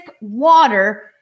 water